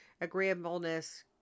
Agreeableness